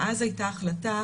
ואז הייתה החלטה,